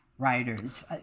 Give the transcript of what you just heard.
writers